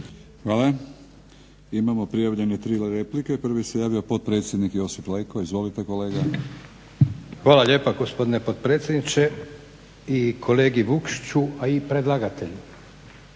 Hvala. Imamo prijavljene tri replike. Prvi se javio potpredsjednik Josip Leko. Izvolite kolega. **Leko, Josip (SDP)** Hvala lijepo gospodine potpredsjedniče i kolegi Vukšiću, a i predlagatelju.